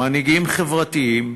מנהיגים חברתיים,